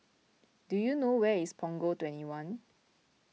do you know where is Punggol twenty one